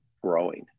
growing